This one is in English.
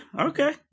okay